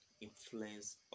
influence